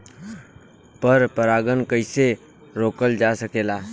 पर परागन कइसे रोकल जा सकेला?